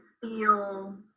feel